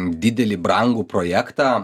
didelį brangų projektą